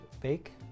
bake